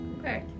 Okay